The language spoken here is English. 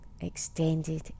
extended